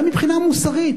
גם מבחינה מוסרית,